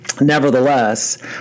Nevertheless